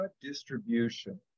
distribution